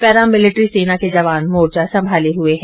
paramilitary सेना के जवान मोर्चा संमाले हुए है